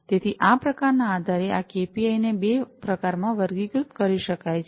તેથી આ પ્રકારનાં આધારે આ કેપીઆઈ ને બે પ્રકારમાં વર્ગીકૃત કરી શકાય છે